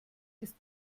ist